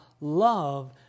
love